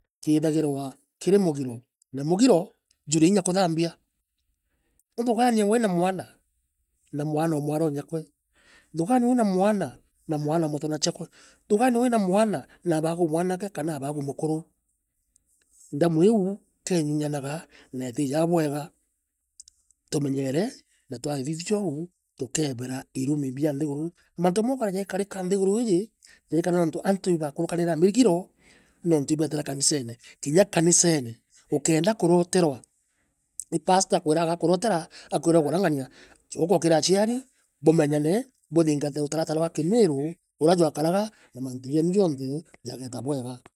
Kiithagirwa kiri mugiro. na mugiro, juri inya kuthaambia. Uthugaania wiina mwana, na mwana o mwari o nyaakwe, thugaania wina mwana, na mwana o mutanociakwe, thugaania wina mwaana, na abagu mwanake, kana abagu mukuru ndamu iiu kenyunyanaga, na itiijaa bwega. Tumenyeere, na twathithia oou, tukebera irumi bia nthiguru. Mantu jamwe ukwona jaikarika nthiguru ii, jaikarika nontu antuu ibakurukanire a migiro, nontu ibetire kanisene. Kinya kanisene, ukeenda kuroterwa ii pastor, akwira gura ngania. Chooka kiri achiari, bumenyane, buthingate mutaratara jwa kimiiru, urea jwakaraga. na mantu jeenu jonthe jageeta bwega.